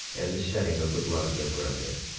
and the shedding of the blood of their brethren,